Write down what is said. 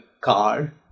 car